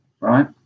right